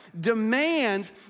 demands